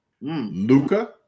Luca